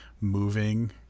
moving